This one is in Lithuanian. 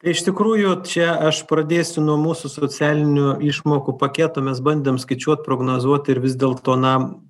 tai iš tikrųjų čia aš pradėsiu nuo mūsų socialinių išmokų paketo mes bandėm skaičiuot prognozuot ir vis dėlto na